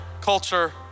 culture